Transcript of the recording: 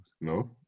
No